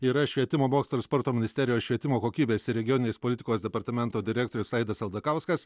yra švietimo mokslo ir sporto ministerijos švietimo kokybės ir regioninės politikos departamento direktorius aidas aldakauskas